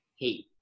hate